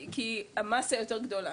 כי המסה יותר גדולה.